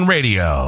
Radio